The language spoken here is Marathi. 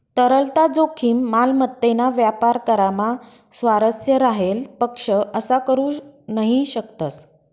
तरलता जोखीम, मालमत्तेना व्यापार करामा स्वारस्य राहेल पक्ष असा करू नही शकतस